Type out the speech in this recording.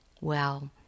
Well